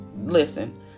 Listen